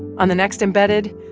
on the next embedded,